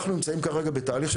אנחנו נמצאים כרגע בתהליך,